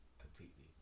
completely